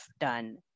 done